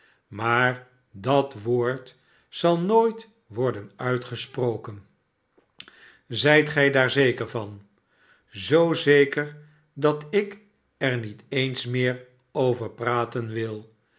maar dat woord zal nooit worden uitgesproken zijt gij daar zeker van zoo zeker dat ik er niet eens meer over praten wil